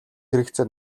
хэрэгцээ